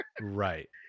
Right